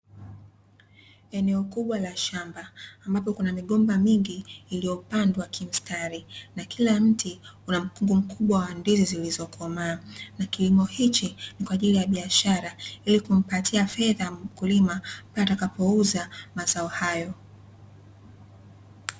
Eneo kubwa la shamba ambapo kuna migomba mingi iliyopandwa kimstari, na kila mti una mkungu mkubwa wa ndizi zilizokomaa. Na kilimo hichi ni kwaajili ya biashara, ili kumpatia fedha mkulima pale atakapouza mazao hayo.